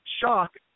shock